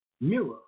mirror